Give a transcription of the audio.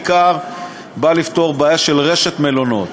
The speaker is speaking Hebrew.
זה בעיקר בא לפתור בעיה של רשת מלונות.